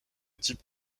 type